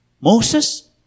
Moses